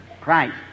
Christ